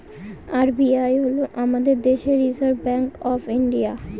RBI হল আমাদের দেশের রিসার্ভ ব্যাঙ্ক অফ ইন্ডিয়া